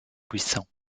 puissants